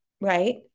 right